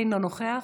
אינו נוכח,